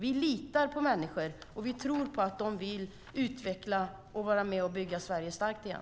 Vi litar på människor och tror på att de vill utveckla och vara med och bygga Sverige starkt igen.